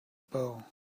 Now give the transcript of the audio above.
bow